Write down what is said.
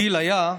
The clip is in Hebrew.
הדיל היה: